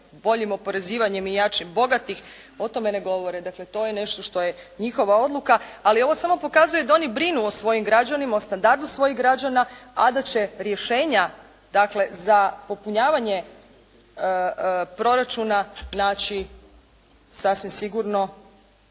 boljim oporezivanjem i jačim bogatih o tome ne govore. Dakle to je nešto što je njihova odluka, ali ovo samo pokazuje da oni brinu o svojim građanima, o standardu svojih građana a da će rješenja dakle za popunjavanje proračuna naći sasvim sigurno